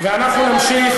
אין לך איך לדבר על היום,